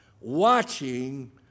watching